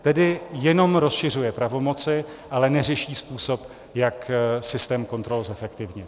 Tedy jenom rozšiřují pravomoci, ale neřeší způsob, jak systém kontrol zefektivnit.